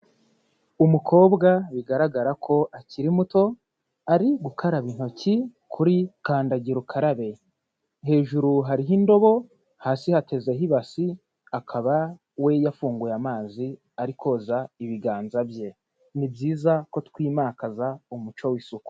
Umukobwa bigaragara ko akiri muto, ari gukaraba intoki kuri kandagira ukarabe. Hejuru hariho indobo, hasi hatezeho ibasi, akaba we yafunguye amazi, ari koza ibiganza bye. Ni byiza ko twimakaza umuco w'isuku.